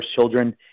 children